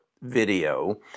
video